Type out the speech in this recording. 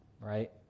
right